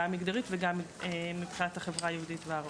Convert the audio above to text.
גם מגדרית וגם מבחינת החברה היהודית והערבית.